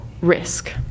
risk